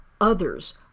others